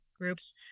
groups